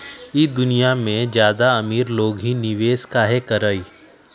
ई दुनिया में ज्यादा अमीर लोग ही निवेस काहे करई?